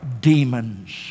demons